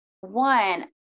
one